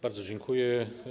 Bardzo dziękuję.